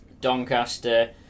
doncaster